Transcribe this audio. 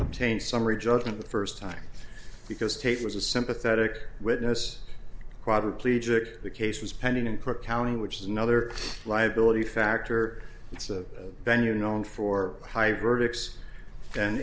obtained summary judgment the first time because tate was a sympathetic witness quadriplegic the case was pending in cook county which is another liability factor it's a venue known for high verdicts and